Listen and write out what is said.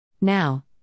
Now